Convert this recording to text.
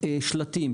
שלטים,